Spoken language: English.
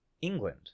England